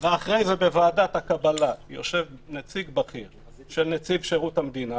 אחרי זה בוועדת הקבלה יושב נציג בכיר של נציב שירות המדינה